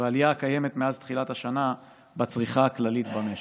והעלייה הקיימת מאז תחילת השנה בצריכה הכללית במשק.